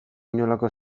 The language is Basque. inolako